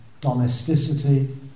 domesticity